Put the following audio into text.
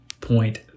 point